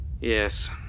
Yes